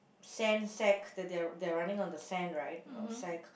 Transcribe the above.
sand sacks that they are they are running on the sand right or sack